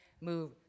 move